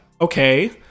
okay